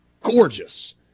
gorgeous